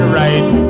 right